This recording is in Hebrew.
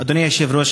אדוני היושב-ראש,